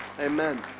Amen